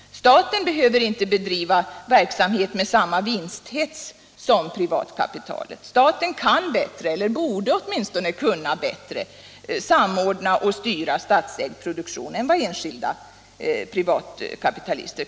Staten behöver inte bedriva verksamhet med samma vinsthets som privatkapitalet. Staten kan, eller borde åtminstone kunna, bättre samordna och styra produktion än enskilda privatkapitalister.